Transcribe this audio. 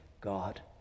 God